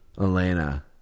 Elena